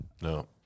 no